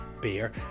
Beer